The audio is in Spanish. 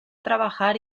trabajar